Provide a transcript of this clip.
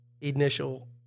initial